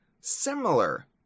similar